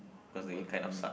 cause we kind of suck